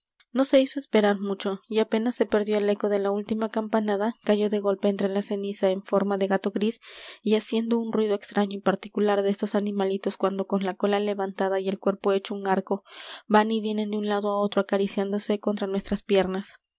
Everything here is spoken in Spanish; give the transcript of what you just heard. no se hizo esperar mucho y apenas se perdió el eco de la última campanada cayó de golpe entre la ceniza en forma de gato gris y haciendo un ruido extraño y particular de estos animalitos cuando con la cola levantada y el cuerpo hecho un arco van y vienen de un lado á otro acariciándose contra nuestras piernas